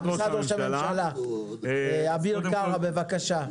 משרד ראש הממשלה, אביר קארה, בבקשה.